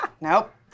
Nope